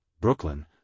Brooklyn